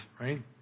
right